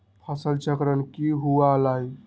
फसल चक्रण की हुआ लाई?